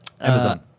Amazon